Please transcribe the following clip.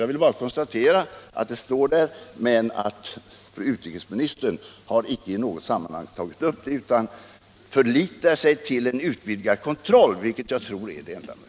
Jag vill bara konstatera att det står där men att fru utrikesministern icke i något sammanhang har tagit upp spörsmålet utan förlitar sig till en utvidgad kontroll, vilket jag tror är det enda möjliga.